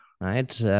right